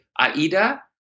AIDA